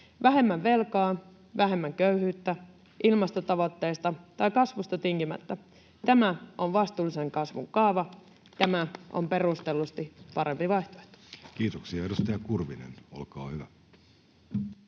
Vähemmän velkaa, vähemmän köyhyyttä, ilmastotavoitteista tinkimättä. Tämä on vastuullisen kasvun kaava. Tämä on perustellusti parempi vaihtoehto. Kiitoksia. — Edustaja Kurvinen, olkaa hyvä.